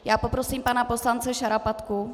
Já poprosím pana poslance Šarapatku.